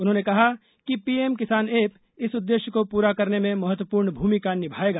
उन्होंने कहा कि पीएम किसान ऐप इस उद्देश्य को पूरा करने में महत्वपूर्ण भूमिका निभायेगा